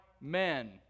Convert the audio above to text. men